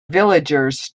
villagers